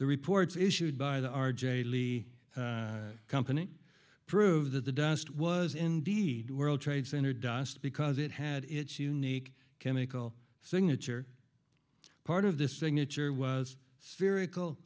the reports issued by the r j lee company prove that the dust was indeed world trade center dust because it had its unique chemical signature part of the signature was theory c